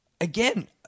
Again